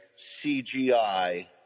CGI